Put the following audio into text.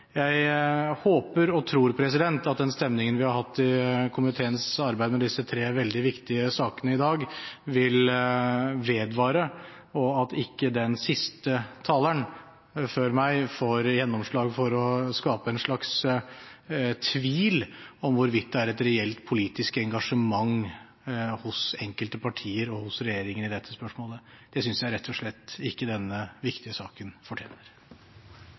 jeg håper og tror at den stemningen vi i dag har hatt, i forbindelse med komiteens arbeid med disse tre veldig viktige sakene, vil vedvare, og at ikke den siste taleren før meg får gjennomslag for å skape en slags tvil om hvorvidt det er et reelt politisk engasjement hos enkelte partier og hos regjeringen i dette spørsmålet. Det synes jeg rett og slett ikke denne viktige saken fortjener.